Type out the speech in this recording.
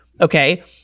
okay